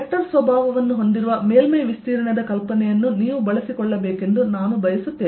vector ಸ್ವಭಾವವನ್ನು ಹೊಂದಿರುವ ಮೇಲ್ಮೈ ವಿಸ್ತೀರ್ಣದ ಕಲ್ಪನೆಯನ್ನು ನೀವು ಬಳಸಿಕೊಳ್ಳಬೇಕೆಂದು ನಾನು ಬಯಸುತ್ತೇನೆ